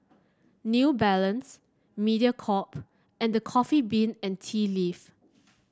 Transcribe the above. New Balance Mediacorp and The Coffee Bean and Tea Leaf